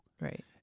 Right